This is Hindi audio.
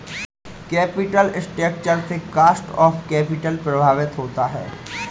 कैपिटल स्ट्रक्चर से कॉस्ट ऑफ कैपिटल प्रभावित होता है